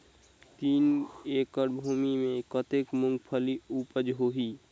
तीन एकड़ भूमि मे कतेक मुंगफली उपज होही?